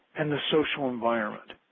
and the social environment.